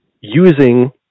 using